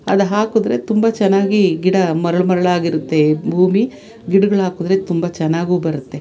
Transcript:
ಅದು ಹಾಕಿದ್ರೆ ತುಂಬ ಚೆನ್ನಾಗಿ ಗಿಡ ಮರಳು ಮರಳಾಗಿರುತ್ತೆ ಭೂಮಿ ಗಿಡಗಳು ಹಾಕಿದ್ರೆ ತುಂಬ ಚೆನ್ನಾಗೂ ಬರುತ್ತೆ